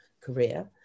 career